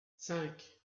cinq